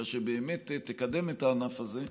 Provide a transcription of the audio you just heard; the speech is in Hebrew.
אלא באמת שתקדם את הענף הזה,